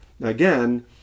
Again